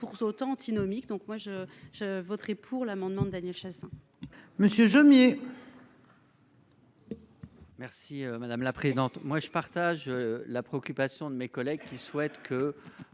pour autant antinomique. Donc moi je, je voterai pour l'amendement Daniel. Monsieur Jomier.-- Merci madame la présidente, moi je partage la préoccupation de mes collègues qui souhaite que.